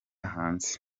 hanze